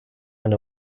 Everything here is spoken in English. and